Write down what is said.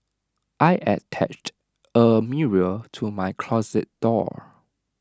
I attached A mirror to my closet door